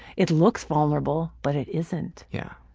it looks vulnerable, but it isn't. yeah.